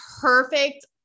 perfect